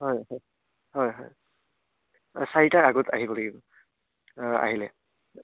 হয় হয় হয় হয় চাৰিটাৰ আগত আহিব লাগিব আহিলে